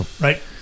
right